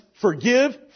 forgive